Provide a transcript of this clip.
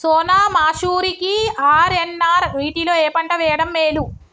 సోనా మాషురి కి ఆర్.ఎన్.ఆర్ వీటిలో ఏ పంట వెయ్యడం మేలు?